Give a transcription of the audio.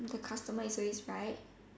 the customer is always right